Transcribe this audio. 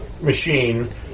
machine